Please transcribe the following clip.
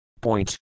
Point